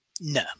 No